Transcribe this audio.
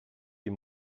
die